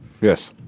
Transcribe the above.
Yes